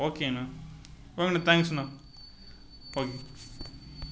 ஓகேண்ணா ஓகேங்கண்ணா தாங்ஸ்ண்ணா ஓகே